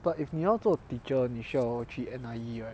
but if 你要做 teacher 你需要去 N_I_E right